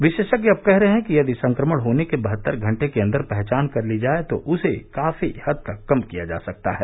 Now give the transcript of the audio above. विशेषज्ञ अब कह रहे हैं कि यदि संक्रमण होने के बहत्तर घंटे के अन्दर पहचान कर ली जाए तो उसे काफी हद तक कम किया जा सकता है